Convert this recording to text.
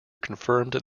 confirmed